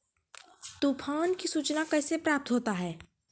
तुफान की सुचना कैसे प्राप्त होता हैं?